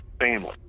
family